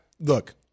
Look